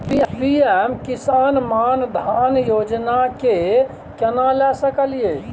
PM Kisan Maan Dhan योजना के केना ले सकलिए?